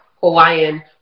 Hawaiian